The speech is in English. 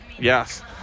Yes